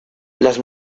las